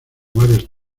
varios